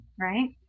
right